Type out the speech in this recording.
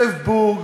יוסף בורג,